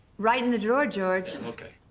right in the drawer, george. and okay,